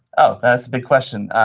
oh, that's a big question.